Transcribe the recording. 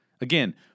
Again